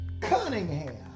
Cunningham